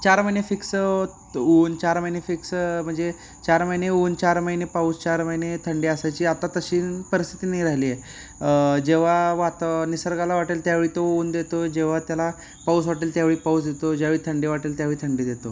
चार महिने फिक्स ऊन चार महिने फिक्स म्हणजे चार महिने ऊन चार महिने पाऊस चार महिने थंडी असायची आता तशी परिस्थिती नाही राहिली आहे जेव्हा वातं निसर्गाला वाटेल त्यावेळी तो ऊन देतो जेव्हा त्याला पाऊस वाटेल त्यावेळी पाऊस देतो ज्यावेळी थंडी वाटेल त्यावेळी थंडी देतो